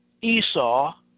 Esau